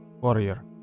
Warrior